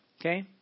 okay